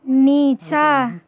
निचाँ